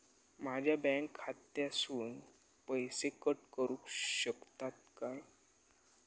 माझ्या बँक खात्यासून पैसे कट करुक शकतात काय?